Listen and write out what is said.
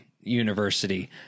University